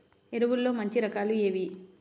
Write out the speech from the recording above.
ఎరువుల్లో మంచి రకాలు ఏవి?